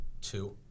two